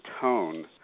tone